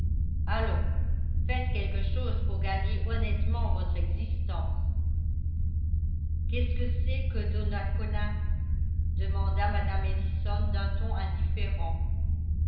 allons faites quelque chose pour gagner honnêtement votre existence qu'est-ce que c'est que donacona demanda mme ellison d'un ton indifférent